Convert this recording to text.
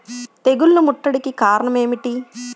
తెగుళ్ల ముట్టడికి కారణం ఏమిటి?